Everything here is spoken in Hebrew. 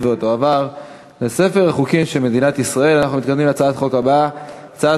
אנחנו עוברים להצבעה בקריאה שלישית.